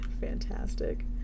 fantastic